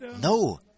No